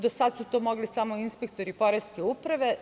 Do sada su to mogli samo inspektori poreske uprave.